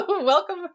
welcome